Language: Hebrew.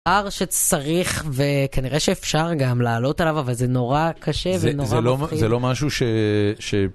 הר שצריך וכנראה שאפשר גם לעלות עליו, אבל זה נורא קשה ונורא מפחיד. זה לא משהו ש...